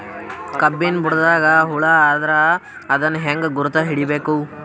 ಕಬ್ಬಿನ್ ಬುಡದಾಗ ಹುಳ ಆದರ ಅದನ್ ಹೆಂಗ್ ಗುರುತ ಹಿಡಿಬೇಕ?